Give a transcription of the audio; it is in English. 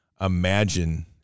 imagine